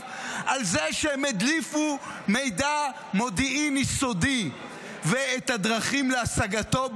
על זה שהם הדליפו מידע מודיעיני סודי ואת הדרכים להשגתו,